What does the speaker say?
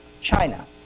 China